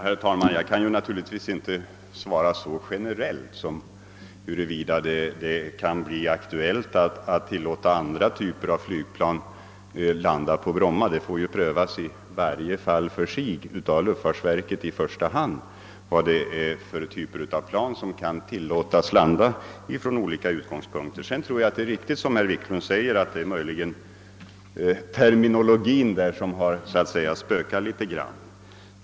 Herr talman! Jag kan naturligtvis inte ge ett generellt svar på frågan, huruvida det kan bli aktuellt att tillåta andra typer av flygplan att landa på Bromma. Det får prövas i varje fall för sig, i första hand av luftfartsverket, vilka typer av plan som från olika utgångspunkter kan tillåtas landa. Herr Wiklund i Stockholm har nog rätt i att det möjligen är terminologin som så att säga spökar litet grand.